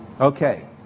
Okay